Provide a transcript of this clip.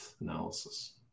analysis